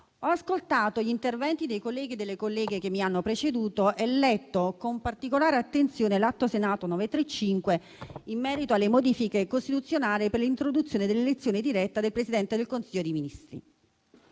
ho ascoltato gli interventi dei colleghi e delle colleghe che mi hanno preceduto e ho letto con particolare attenzione l'atto Senato 935 in merito alle modifiche costituzionali per l'introduzione dell'elezione diretta del Presidente del Consiglio dei ministri.